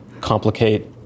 complicate